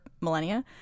millennia